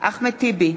אחמד טיבי,